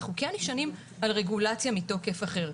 אנחנו כן נשענים על רגולציה מתוקף אחר.